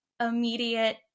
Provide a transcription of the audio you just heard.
immediate